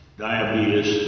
diabetes